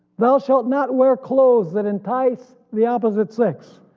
thou shalt not wear clothes that entice the opposite six,